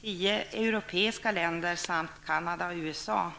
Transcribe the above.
tio europeiska länder samt Canada och USA.